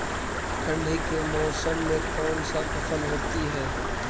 ठंडी के मौसम में कौन सा फसल होती है?